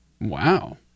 Wow